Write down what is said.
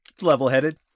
Level-headed